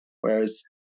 whereas